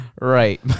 right